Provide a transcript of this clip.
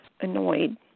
annoyed